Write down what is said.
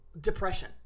depression